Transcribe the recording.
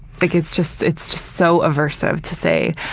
like it's just it's just so aversive to say,